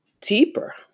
deeper